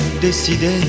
décider